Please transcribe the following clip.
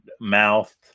mouth